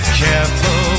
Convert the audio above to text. careful